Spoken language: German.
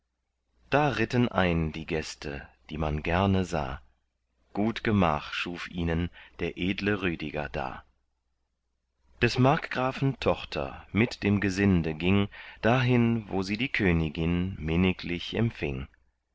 da ritten ein die gäste die man gerne sah gut gemach schuf ihnen der edle rüdiger da des markgrafen tochter mit dem gesinde ging dahin wo sie die königin minniglich empfing